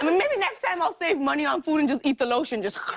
um and maybe next time i'll save money on food and just eat the lotion. just